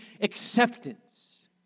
acceptance